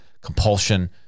compulsion